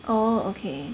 oh okay